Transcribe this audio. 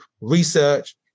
research